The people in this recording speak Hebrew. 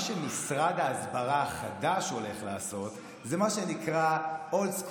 מה שמשרד ההסברה החדש הולך לעשות הוא מה שנקרא Old School